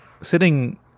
sitting